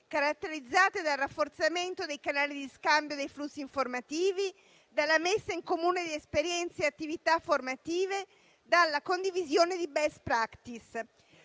caratterizzate dal rafforzamento dei canali di scambio dei flussi informativi, dalla messa in comune di esperienze e attività formative, dalla condivisione di *best practice*.